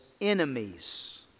enemies